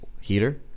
heater